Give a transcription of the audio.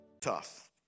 Tough